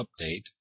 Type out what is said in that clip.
update